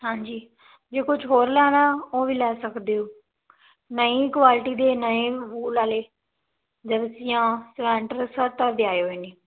ਹਾਂਜੀ ਜੇ ਕੁਝ ਹੋਰ ਲੈਣਾ ਉਹ ਵੀ ਲੈ ਸਕਦੇ ਹੋ ਨਵੀਂ ਕੁਆਲਿਟੀ ਦੇ ਨਵੇਂ ਵੂਲ ਵਾਲੇ ਜਰਸੀਆਂ ਸਵੈਂਟਰ ਸਭ ਤਰ੍ਹਾਂ ਦੇ ਆਏ ਹੋਏ ਨੇ